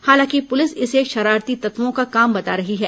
हालांकि पुलिस इसे शरारती तत्वों का काम बता रही है